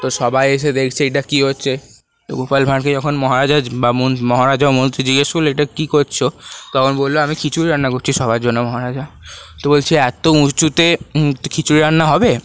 তো সবাই এসে দেখছে এটা কী হচ্ছে তো গোপাল ভাঁড়কে যখন মহারাজা বা মহারাজা ও মন্ত্রী জিগেস করলো এটা কী করছো তখন বললো আমি খিচুড়ি রান্না করছি সবার জন্য মহারাজা তো বলছে এতো উঁচুতে খিচুড়ি রান্না হবে